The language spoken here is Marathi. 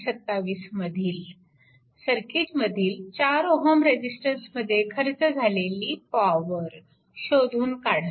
27 मधील सर्किटमधील 4 Ω रेजिस्टन्समध्ये खर्च झालेली पॉवर शोधून काढा